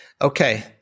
Okay